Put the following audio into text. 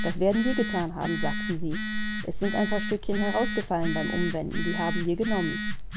das werden wir gethan haben sagten sie es sind ein paar stückchen herausgefallen beim umwenden die haben wir genommen